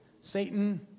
Satan